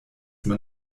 man